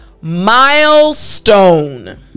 milestone